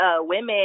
women